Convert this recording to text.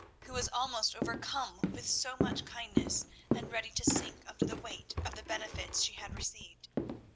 who was almost overcome with so much kindness and ready to sink under the weight of the benefits she had received.